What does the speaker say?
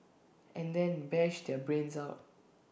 and then bash their brains out